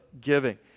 giving